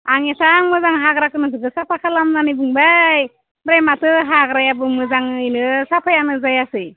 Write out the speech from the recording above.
आं एसां मोजां हाग्राखो साफा खालाम होननानै बुंबाय ओमफ्राय माथो हाग्रायाबो मोजाङैनो साफायानो जायाखै